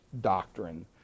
doctrine